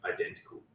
identical